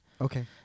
Okay